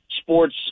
sports